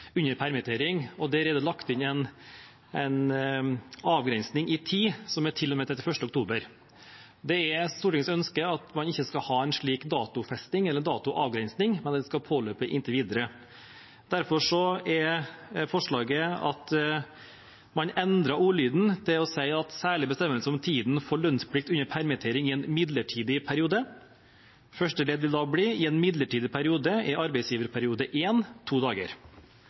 avgrensning i tid som er til og med 31. oktober. Det er Stortingets ønske at man ikke skal ha en slik datofesting eller datoavgrensning, men at det skal påløpe inntil videre. Derfor er forslaget at man endrer ordlyden til: «Særlige bestemmelser om tiden for lønnsplikt under permittering i en midlertidig periode» Første ledd vil da bli: «I en midlertidig periode er arbeidsgiverperiode I to dager.»